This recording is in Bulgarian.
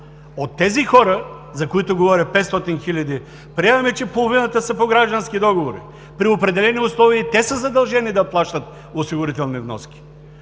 От тези хора, за които говоря – 500 хиляди, приемаме, че половината са по граждански договори. При определени условия и те са задължени да плащат осигурителни вноски.